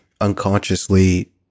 unconsciously